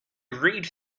read